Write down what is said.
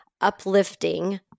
uplifting